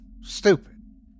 stupid